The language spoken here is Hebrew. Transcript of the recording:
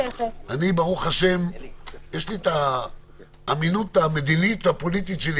ברוך ה' יש לי אמינות מדינית ופוליטית.